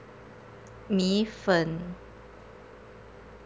米粉